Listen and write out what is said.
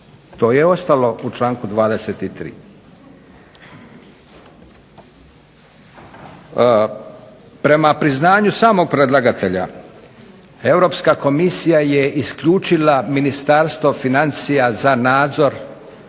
To je ostalo u članku 23. Prema priznanju samog predlagatelja Europska komisija je isključila Ministarstvo financija za nadzor